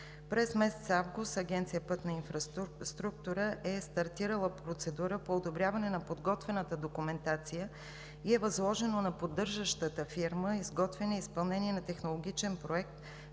През месец август Агенция „Пътна инфраструктура“ е стартирала процедура по одобрение на подготвената документация и е възложено на поддържащата фирма изготвянето и изпълнението на технологичен проект